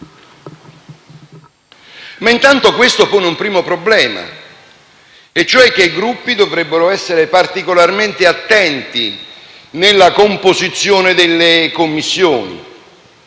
Intanto questo pone un primo problema, e cioè che i Gruppi dovrebbero essere particolarmente attenti nella composizione delle Commissioni